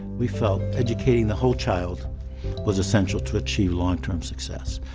we felt educating the whole child was essential to achieve long-term success.